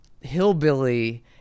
hillbilly